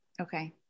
Okay